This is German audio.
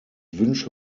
wünsche